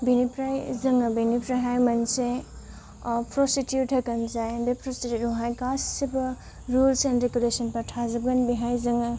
बेनिफ्राय जोङो बेनिफ्रायहाय मोनसे प्रसिडिउर थागोन जाय बे प्रसिडिउरावहाय गासैबो रुल्स एन्ड रेगुलेसनफोरा थाजोबगोन बेहाय जोङो